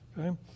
okay